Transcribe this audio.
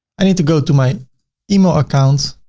i need to go to my email accounts